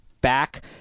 back